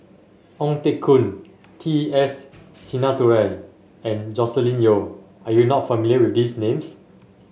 Ong Teng Koon T S Sinnathuray and Joscelin Yeo are you not familiar with these names